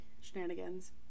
Shenanigans